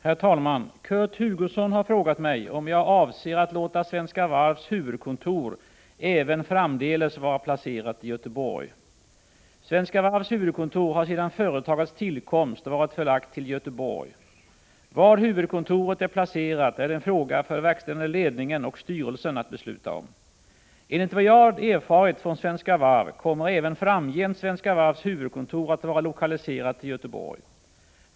Herr talman! Kurt Hugosson har frågat mig om jag avser att låta Svenska Varvs huvudkontor även framdeles vara placerat i Göteborg. Svenska Varvs huvudkontor har sedan företagets tillkomst varit förlagt till Göteborg. Var huvudkontoret är placerat är en fråga för verkställande ledningen och styrelsen att besluta om. Enligt vad jag erfarit från Svenska Varv kommer även framgent Svenska Varvs huvudkontor att vara lokaliserat till Göteborg.